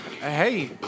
Hey